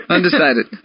Undecided